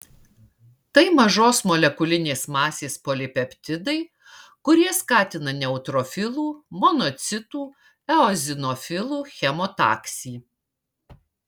tai mažos molekulinės masės polipeptidai kurie skatina neutrofilų monocitų eozinofilų chemotaksį